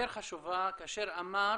חשובה כאשר הוא אמר